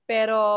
Pero